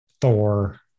thor